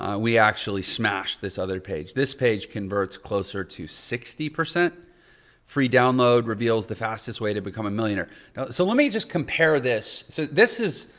ah we actually smashed this other page. this page converts closer to sixty. free download reveals the fastest way to become a millionaire. now so let me just compare this. so this is,